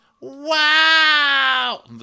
Wow